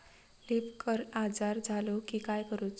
Leaf curl आजार झालो की काय करूच?